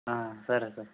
సరే సార్